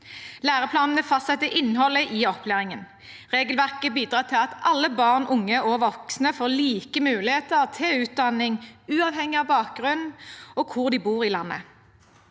Læreplanene fastsetter innholdet i opplæringen. Regelverket bidrar til at alle barn, unge og voksne får like muligheter til utdanning, uavhengig av bakgrunn og hvor i landet